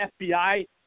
FBI